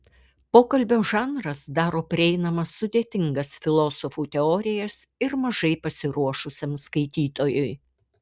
pokalbio žanras daro prieinamas sudėtingas filosofų teorijas ir mažai pasiruošusiam skaitytojui